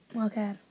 Okay